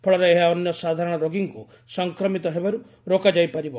ଫଳରେ ଏହା ଅନ୍ୟ ସାଧାରଣ ରୋଗୀଙ୍କୁ ସଂକ୍ରମିତ ହେବାରୁ ରୋକାଯାଇ ପାରିବ